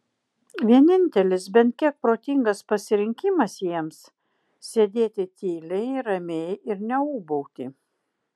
vienintelis bent kiek protingas pasirinkimas jiems sėdėti tyliai ramiai ir neūbauti